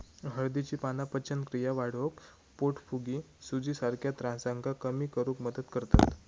हळदीची पाना पचनक्रिया वाढवक, पोटफुगी, सुजीसारख्या त्रासांका कमी करुक मदत करतत